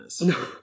No